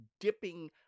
dipping